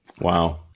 Wow